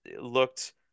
looked